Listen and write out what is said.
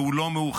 והוא לא מאוחר,